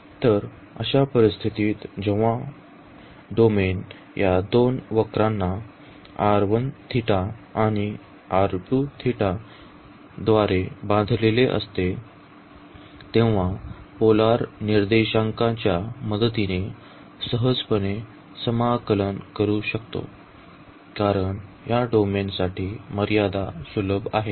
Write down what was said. तर अशा परिस्थितीत जेव्हा जेव्हा डोमेन या दोन वक्रांना आणि द्वारे बांधलेले असते तेव्हा पोलर निर्देशांकांच्या मदतीने सहजपणे समाकलन करू शकतो कारण या डोमेन साठी येथे मर्यादा सुलभ आहेत